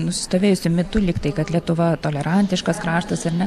nusistovėjusiu mitu lyg tai kad lietuva tolerantiškas kraštas ar ne